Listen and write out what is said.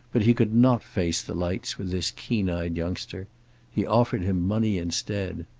but he could not face the lights with this keen-eyed youngster he offered him money instead.